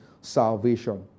salvation